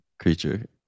Creature